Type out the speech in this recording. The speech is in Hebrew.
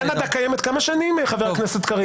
קנדה קיימת, כמה שנים, חבר הכנסת קריב?